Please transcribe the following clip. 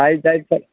ಆಯ್ತು ಆಯ್ತು ಸರ್